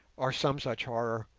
or some such horror,